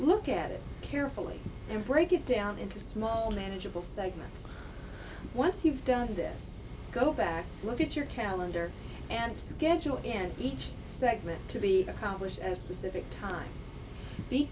look at it carefully then break it down into small manageable segments once you've done this go back look at your calendar and schedule in each segment to be accomplished and specific time be